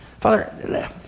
Father